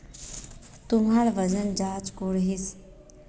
तुमरा वजन चाँ करोहिस?